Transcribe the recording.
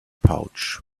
pouch